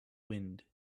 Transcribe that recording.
wind